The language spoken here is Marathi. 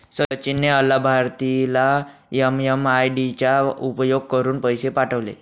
सचिन ने अलाभार्थीला एम.एम.आय.डी चा उपयोग करुन पैसे पाठवले